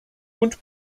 und